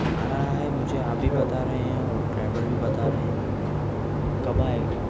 آ رہا ہے مجھے ابھی بتا رہے ہیں ڈرائیور بھی بتا رہے ہیں کب آئے گا